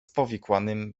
powikłanym